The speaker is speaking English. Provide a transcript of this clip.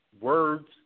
words